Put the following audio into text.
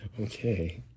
okay